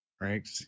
right